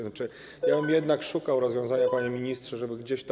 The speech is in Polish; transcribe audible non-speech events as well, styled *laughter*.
Znaczy, ja bym jednak *noise* szukał rozwiązania, panie ministrze, żeby gdzieś to.